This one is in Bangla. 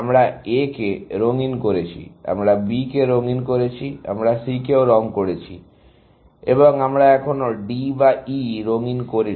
আমরা A কে রঙ্গিন করেছি আমরা B কে রঙ্গিন করেছি আমাদের C কেও রং করেছি এবং আমরা এখনও D বা E রঙিন করিনি